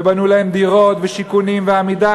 ובנו להם דירות ושיכונים ו"עמידר".